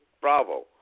bravo